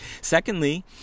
Secondly